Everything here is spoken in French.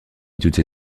toutes